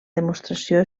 demostració